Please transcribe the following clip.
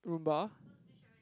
Rumba